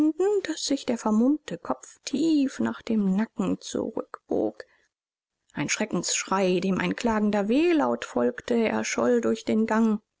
daß sich der vermummte kopf tief nach dem nacken zurückbog ein schreckensschrei dem ein klagender wehlaut folgte scholl durch den gang